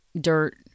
dirt